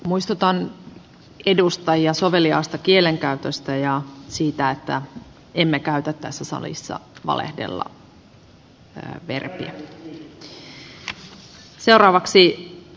muistutan edustaja soveliasta kielenkäytöstä ja siitä että emme käytä arvoisa rouva puhemies